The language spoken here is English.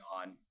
on